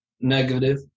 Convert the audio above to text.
negative